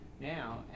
now